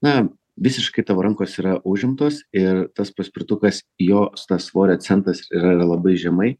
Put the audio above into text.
na visiškai tavo rankos yra užimtos ir tas paspirtukas jo tas svorio centras yra yra labai žemai